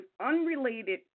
unrelated